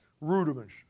Rudiments